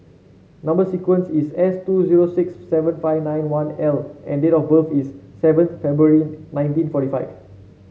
number sequence is S two zero six seven five nine one L and date of birth is seven February nineteen forty five